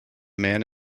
man